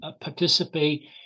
participate